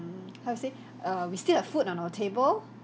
how to say err we still have food on our table